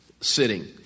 sitting